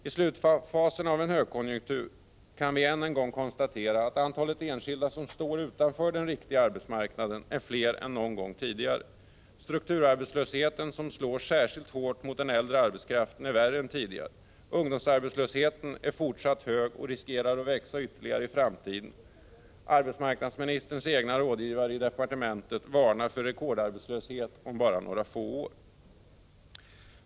I slutfaserna av en högkonjunktur kan vi än en gång konstatera att antalet enskilda som står utanför den riktiga arbetsmarknaden är större än någon gång tidigare. Strukturarbetslösheten, som slår särskilt hårt mot den äldre arbetskraften, är värre än tidigare. Ungdomsarbetslösheten är fortsatt hög och riskerar att växa ytterligare i framtiden. Arbetsmarknadsministerns egna rådgivare i departementet varnar för rekordarbetslöshet om bara några få år.